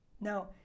Now